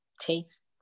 taste